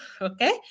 okay